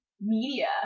media